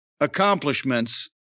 accomplishments